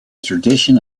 tradition